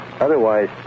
Otherwise